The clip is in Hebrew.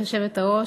גברתי היושבת-ראש,